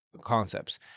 concepts